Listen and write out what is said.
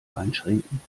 einschränken